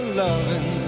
loving